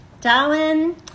darwin